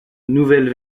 nouvelle